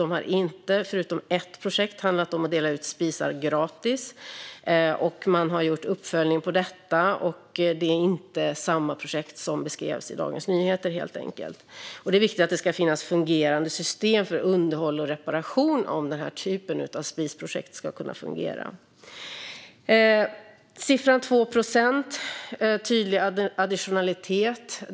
De har inte - förutom ett projekt - handlat om att dela ut spisar gratis. Man har gjort uppföljning av detta. Det är helt enkelt inte samma projekt som beskrevs i Dagens Nyheter. Och det är viktigt att det finns fungerande system för underhåll och reparation om den här typen av spisprojekt ska kunna fungera. Sedan gäller det siffran 2 procent och tydlig additionalitet.